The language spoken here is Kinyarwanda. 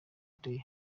day